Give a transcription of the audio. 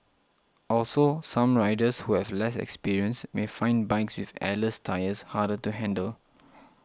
also some riders who have less experience may find bikes with airless tyres harder to handle